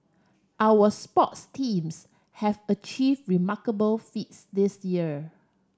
our sports teams have achieve remarkable feats this year